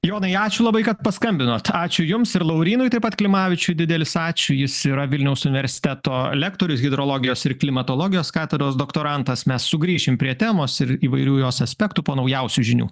jonai ačiū labai kad paskambinot ačiū jums ir laurynui taip pat klimavičiui didelis ačiū jis yra vilniaus universiteto lektorius hidrologijos ir klimatologijos katedros doktorantas mes sugrįšim prie temos ir įvairių jos aspektų po naujausių žinių